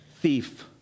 thief